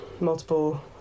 multiple